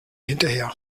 hinterher